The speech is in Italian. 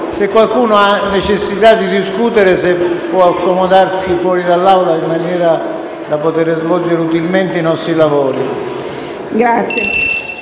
se qualcuno ha necessità di discutere può accomodarsi fuori dall'Aula in modo da poter noi svolgere utilmente i nostri lavori.